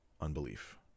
unbelief